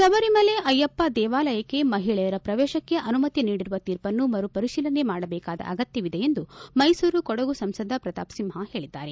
ಶಬರಿಮಲೆ ಅಯ್ತಪ್ಪ ದೇವಾಯಲಕ್ಕೆ ಮಹಿಳೆಯರ ಪ್ರವೇಶಕ್ಕೆ ಅನುಮತಿ ನೀಡಿರುವ ತೀರ್ಪನ್ನು ಮರುಪರಿಶೀಲನೆ ಮಾಡಬೇಕಾದ ಅಗತ್ಯವಿದೆ ಎಂದು ಮೈಸೂರು ಕೊಡಗು ಸಂಸದ ಪ್ರತಾಪ್ ಸಿಂಹ ಹೇಳಿದ್ದಾರೆ